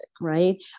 right